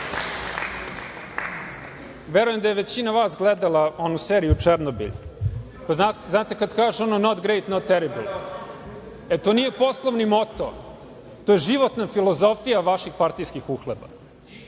da je većina vas gledala onu seriju „Černobilj“. Znate kad kaže ono not great not terrible? E, to nije poslovni moto, to je životna filozofija vaših partijskih uhleba.